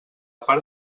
part